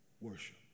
Worship